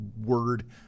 word